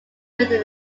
within